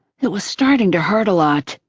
it was starting to hurt a lot.